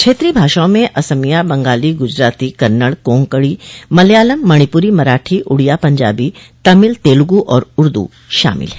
क्षेत्रीय भाषाओं में असमिया बंगाली गुजराती कन्नड़ कोंकणी मलयालम मणिपुरी मराठी उड़िया पंजाबी तमिल तेलगू और उर्दू शामिल हैं